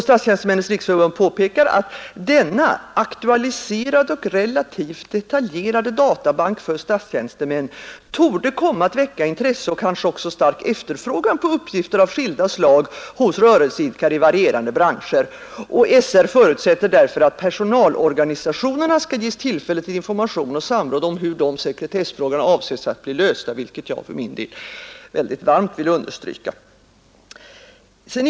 Statstjänstemännens riksförbund påpekar att denna aktualiserade och relativt detaljerade databank för statstjänstemän torde komma att väcka intresse och kanske också stark efterfrågan på uppgifter av skilda slag hos rörelseidkare i varierande branscher. SR förutsätter därför att personalorganisationerna ges tillfälle till information och samråd om hur sekretessfragorna avses att bli lösta, och jag vill mycket starkt understryka detta.